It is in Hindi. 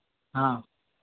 हाँ